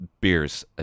beers